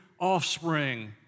offspring